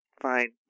fine